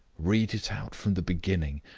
read it out from the beginning.